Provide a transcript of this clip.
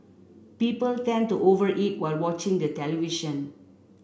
people tend to over eat while watching the television